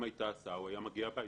אם הייתה הסעה הוא היה מגיע הביתה.